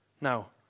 Now